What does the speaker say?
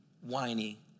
whiny